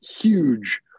huge